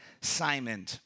Simon